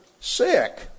sick